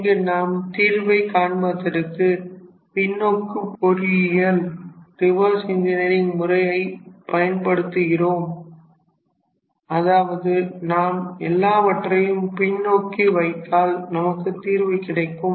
இங்கு நாம் தீர்வை காண்பதற்கு பின்னோக்கு பொறியியல் முறையை பயன்படுத்துகிறோம் அதாவது நாம் எல்லாவற்றையும் பின்நோக்கி வைத்தால் நமக்கு தீர்வு கிடைக்கும்